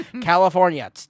California